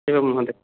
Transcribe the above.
एवं महोदय